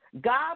God